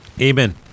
Amen